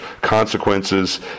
consequences